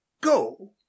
go